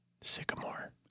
Sycamore